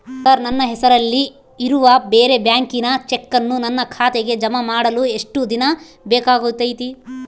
Sir ನನ್ನ ಹೆಸರಲ್ಲಿ ಇರುವ ಬೇರೆ ಬ್ಯಾಂಕಿನ ಚೆಕ್ಕನ್ನು ನನ್ನ ಖಾತೆಗೆ ಜಮಾ ಮಾಡಲು ಎಷ್ಟು ದಿನ ಬೇಕಾಗುತೈತಿ?